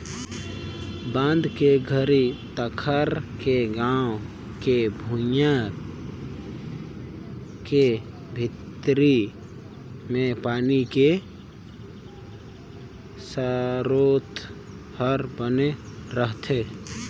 बांधा के घरी तखार के गाँव के भुइंया के भीतरी मे पानी के सरोत हर बने रहथे